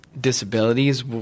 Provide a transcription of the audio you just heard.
disabilities